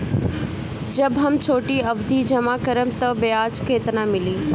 जब हम छोटी अवधि जमा करम त ब्याज केतना मिली?